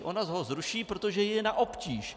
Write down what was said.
Ona ho zruší, protože jí je na obtíž.